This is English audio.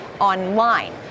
online